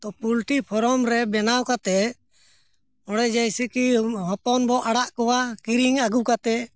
ᱛᱚ poultry farm ᱨᱮ ᱵᱮᱱᱟᱣ ᱠᱟᱛᱮᱫ ᱚᱸᱰᱮ ᱡᱮᱭᱥᱮ ᱠᱤ ᱦᱚᱯᱚᱱ ᱵᱚᱱ ᱟᱲᱟᱜ ᱠᱚᱣᱟ ᱠᱤᱨᱤᱧ ᱟᱹᱜᱩ ᱠᱟᱛᱮᱫ